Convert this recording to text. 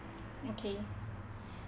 okay